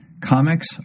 Comics